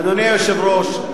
אדוני היושב-ראש,